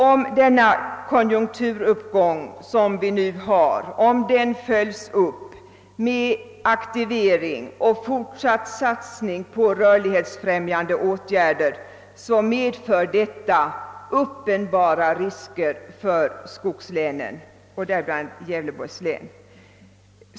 Om den konjunkturuppgång vi nu har följs upp med aktivering och fortsatt satsning på rörlighetsfrämjande åtgärder, medför detta uppenbara risker för skogslänen, däribland Gävleborgs län.